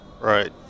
Right